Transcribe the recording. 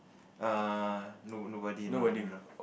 err no nobody no no